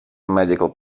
medical